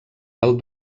del